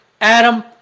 Adam